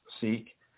seek